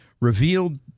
revealed